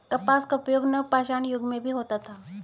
कपास का उपयोग नवपाषाण युग में भी होता था